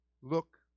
look